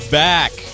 back